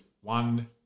one